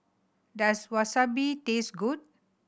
does Wasabi taste good